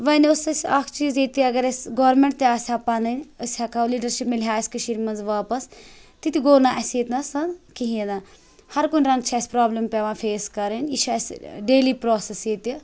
وۄنۍ ٲس اَسہِ اَکھ چیٖز ییٚتہِ اگر اَسہِ گورمٮ۪نٛٹ تہِ آسِہ ہا پَنٕنۍ أسۍ ہٮ۪کہٕ ہاو لیٖڈَر شِپ مِلہِ ہا اَسہِ کٔشیٖرِ منٛز واپَس تِتہِ گوٚو نہٕ اَسہِ ییٚتِنَس کِہیٖنۍ نہٕ ہر کُنہِ رَنٛگ چھِ اَسہِ پرٛابلِم پٮ۪وان فیس کَرٕنۍ یہِ چھِ اَسہِ ڈیلی پرٛاسٮ۪س ییٚتہِ